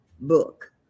book